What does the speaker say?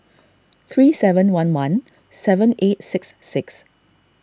three seven one one seven eight six six